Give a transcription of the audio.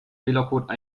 fehlercode